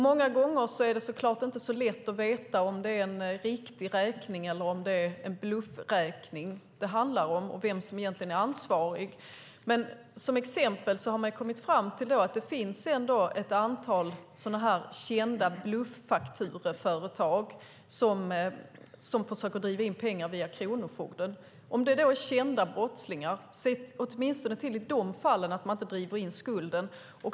Många gånger är det såklart inte så lätt att veta om det är en riktig räkning eller en bluffräkning det handlar om och vem som egentligen är ansvarig. Som exempel har man kommit fram till att det finns ett antal kända bluffaktureföretag som försöker driva in pengar via kronofogden. Åtminstone i de fall det handlar om kända brottslingar borde man se till att inte driva in skulden.